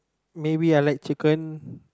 maybe I like chicken